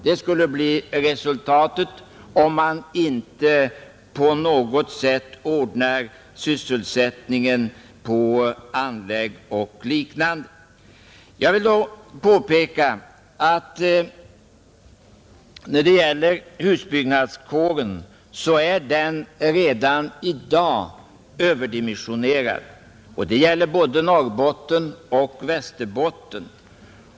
Detta skulle bli resultatet om man inte på något sätt ordnar sysselsättningen för anläggare och liknande. Jag vill då påpeka att husbyggnadskåren redan i dag är överdimensionerad. Det gäller både Norrbotten och Västerbotten.